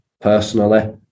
personally